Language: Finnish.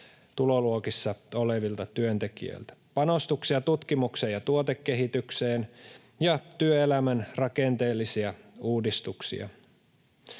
tuloluokissa olevilta työntekijöiltä, panostuksia tutkimukseen ja tuotekehitykseen ja työelämän rakenteellisia uudistuksia.